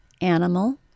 animal